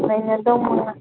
ꯅꯩꯅꯗꯧ ꯃꯉꯥꯏ